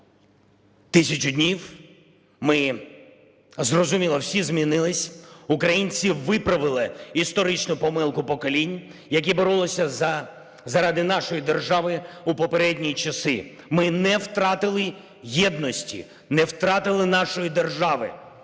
1000 днів, ми, зрозуміло, всі змінились, українці виправили історичну помилку поколінь, які боролися заради нашої держави у попередні часи. Ми не втратили єдності, не втратили нашої держави.